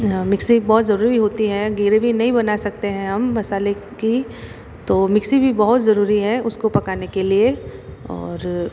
mixie बहुत ज़रूरी होती हैं ग्रेवी नहीं बना सकते हैं हम मसाले की तो भी बहुत ज़रूरी है उसको पकाने के लिए और